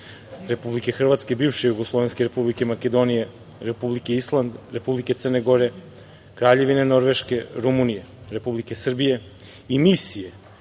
Republike Hrvatske i Bivše Jugoslovenske Republike Makedonije, Republike Island, Republike Crne Gore, kraljevine Norveške, Rumunije, Republike Srbije i Misije